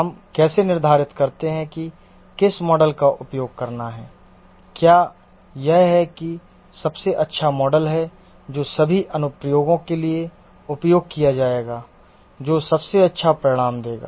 हम कैसे निर्धारित करते हैं कि किस मॉडल का उपयोग करना है क्या यह है कि सबसे अच्छा मॉडल है जो सभी अनुप्रयोगों के लिए उपयोग किया जाएगा जो सबसे अच्छा परिणाम देगा